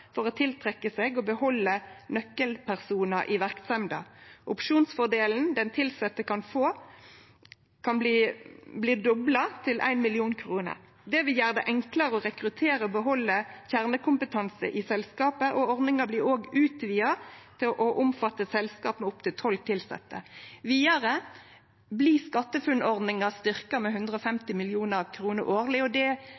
for å tiltrekkje seg og behalde nøkkelpersonar i verksemda. Opsjonsfordelen den tilsette kan få, blir dobla, til 1 mill. kr. Det vil gjere det enklare å rekruttere og behalde kjernekompetanse i selskapet, og ordninga blir òg utvida til å omfatte selskap med opptil 12 tilsette. Vidare blir SkatteFUNN-ordninga styrkt med